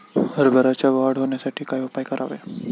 हरभऱ्याची वाढ होण्यासाठी काय उपाय करावे?